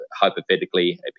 hypothetically